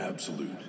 Absolute